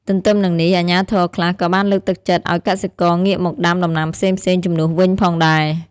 ទន្ទឹមនឹងនេះ អាជ្ញាធរខ្លះក៏បានលើកទឹកចិត្តឲ្យកសិករងាកមកដាំដំណាំផ្សេងៗជំនួសវិញផងដែរ។